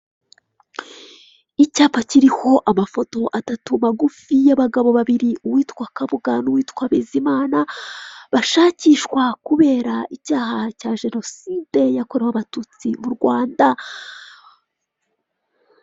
Icyapa kiriho amafoto atatu magufi y'abagabo babiri uwitwa KABUGA n 'uwitwa BIZIMANA bashakishwa kubera icyaha cya jenoside yakorewe abatutsi mu Rwanda.